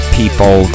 people